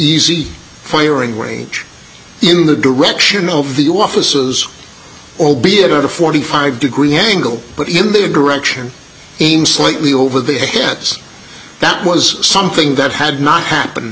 easy firing range in the direction of the offices albeit at a forty five degree angle but in the a direction in slightly over the heads that was something that had not happen